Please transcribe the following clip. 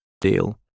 Deal